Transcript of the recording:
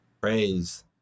praise